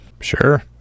Sure